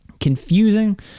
Confusing